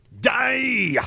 die